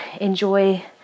enjoy